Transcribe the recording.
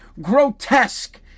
grotesque